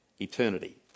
eternity